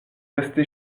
resté